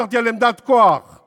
מעלת במנדט שקיבלת יותר מכולנו.